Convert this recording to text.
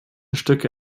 stücke